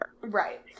right